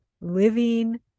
living